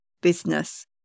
business